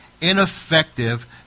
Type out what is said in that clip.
ineffective